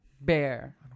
Bear